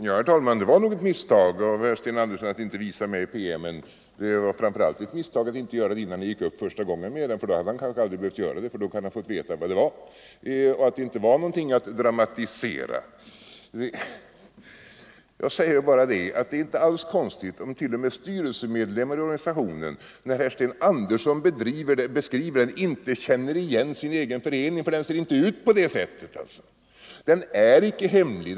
Herr talman! Det var nog ett misstag av herr Andersson i Stockholm att inte visa mig den aktuella PM:en, framför allt att han inte gjorde det innan han första gången berörde den. Då hade han kunnat få veta vad det var fråga om och hade förstått att det inte var något att dramatisera. Jag noterar bara att det inte alls är konstigt att inte ens styrelseledamöter i organisationen känner igen sin egen förening när herr Andersson beskriver den, för den har inte sådan karaktär som han har angivit. Den är icke hemlig.